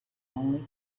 only